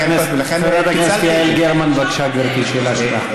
חברת הכנסת יעל גרמן, בבקשה, גברתי, שאלה שלך.